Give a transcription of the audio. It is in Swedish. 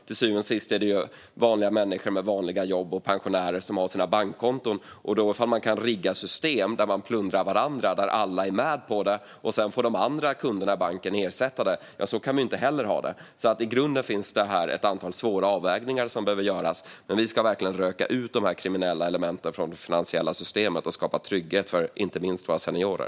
Till syvende och sist är det ju vanliga människor med jobb eller pension som har sina bankkonton, och vi kan inte ha en ordning där det är möjligt att rigga system där man plundrar varandra och alla är med på det för att sedan låta andra kunder i banken ersätta detta. Så kan vi inte heller ha det. I grunden finns det alltså ett antal svåra avvägningar som behöver göras. Men vi ska verkligen röka ut dessa kriminella element från det finansiella systemet och skapa trygghet för inte minst våra seniorer.